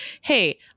hey